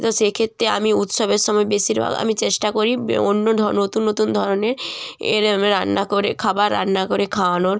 তো সেক্ষেত্রে আমি উৎসবের সময় বেশিরভাগ আমি চেষ্টা করি বে অন্য ধর নতুন নতুন ধরনের এর রান্না করে খাবার রান্না করে খাওয়ানোর